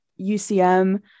UCM